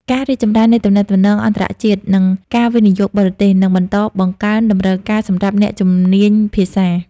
ការរីកចម្រើននៃទំនាក់ទំនងអន្តរជាតិ និងការវិនិយោគបរទេស នឹងបន្តបង្កើនតម្រូវការសម្រាប់អ្នកជំនាញភាសា។